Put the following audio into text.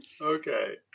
Okay